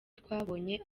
twabonye